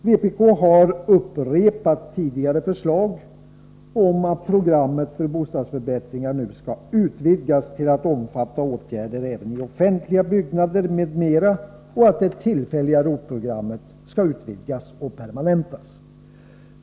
Vpk har upprepat tidigare förslag om att programmet för bostadsförbättringar nu skulle utvidgas till att omfatta åtgärder även i offentliga byggnader m.m. och att det tillfälliga ROT-programmet skall utvidgas och permanentas.